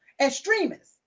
extremists